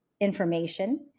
information